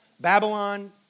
Babylon